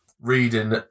reading